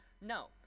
No